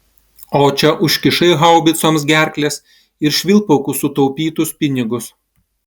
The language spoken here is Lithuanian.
o čia užkišai haubicoms gerkles ir švilpauk už sutaupytus pinigus